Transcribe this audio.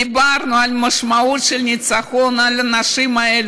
דיברנו על משמעות הניצחון לאנשים האלה,